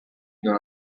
dans